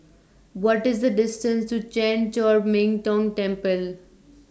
What IS The distance to Chan Chor Min Tong Temple